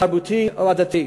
תרבותי או עדתי,